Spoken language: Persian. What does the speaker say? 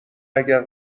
اگر